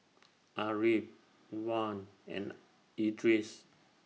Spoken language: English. Ariff Wan and Idris